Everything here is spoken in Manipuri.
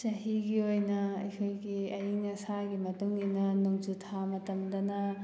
ꯆꯍꯤꯒꯤ ꯑꯣꯏꯅ ꯑꯩꯈꯣꯏꯒꯤ ꯑꯌꯤꯡ ꯑꯁꯥꯒꯤ ꯃꯇꯨꯡ ꯏꯟꯅ ꯅꯣꯡꯖꯨ ꯊꯥ ꯃꯇꯝꯗꯅ